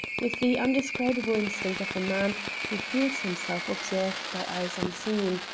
with the undescribable instinct of a man who feels himself observed by eyes unseen,